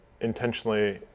intentionally